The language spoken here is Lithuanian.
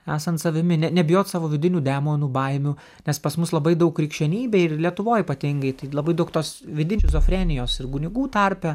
esant savimi ne nebijot savo vidinių demonų baimių nes pas mus labai daug krikščionybėj ir lietuvoj ypatingai tai labai daug tos vidinių šizofrenijos ir kunigų tarpe